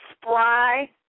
Spry